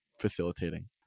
facilitating